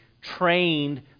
trained